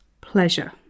pleasure